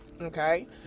Okay